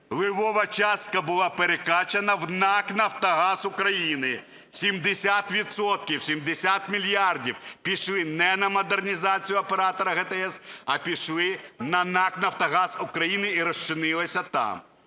левова частка була перекачана в НАК "Нафтогаз України", 70 відсотків (70 мільярдів) пішли не на модернізацію Оператора ГТС, а пішли на НАК "Нафтогаз України" і розчинилися там.